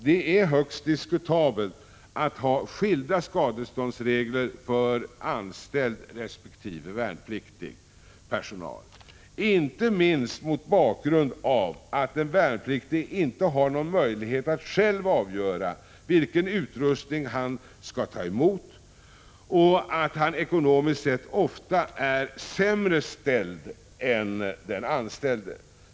Det är högst diskutabelt att ha skilda skadeståndsregler för anställd resp. värnpliktig personal — inte minst mot bakgrund av att den värnpliktige inte har någon möjlighet att själv avgöra vilken utrustning han skall ta emot och att han ekonomiskt sett ofta har det sämre ställt än den anställde.